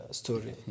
story